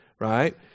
right